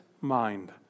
mind